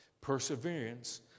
Perseverance